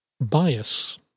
bias